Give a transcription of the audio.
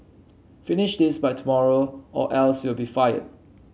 finish this by tomorrow or else you'll be fired